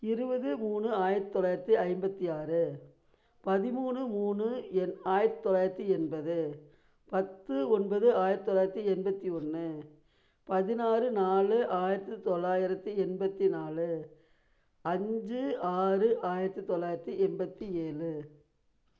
இருபது மூணு ஆயிரத்தி தொள்ளாயிரத்தி ஐம்பத்தி ஆறு பதிமூணு மூணு ஆயிரத்தி தொள்ளாயிரத்தி எண்பது பத்து ஒன்பது ஆயிரத்தி தொள்ளாயிரத்தி எண்பத்தி ஒன்று பதினாறு நாலு ஆயிரத்தி தொள்ளாயிரத்தி எண்பத்தி நாலு அஞ்சு ஆறு ஆயிரத்தி தொள்ளாயிரத்தி எண்பத்தி ஏழு